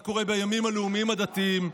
מה קורה בימים הלאומיים הדתיים?